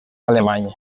alemany